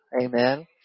Amen